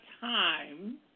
time